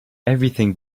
everything